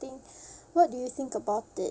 ~thing what do you think about it